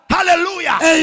Hallelujah